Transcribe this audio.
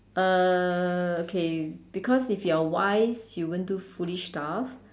uh okay because if you are wise you won't do foolish stuff